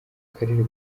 karere